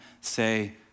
say